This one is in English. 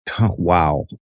Wow